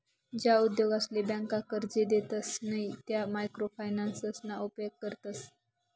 ज्या उद्योगसले ब्यांका कर्जे देतसे नयी त्या मायक्रो फायनान्सना उपेग करतस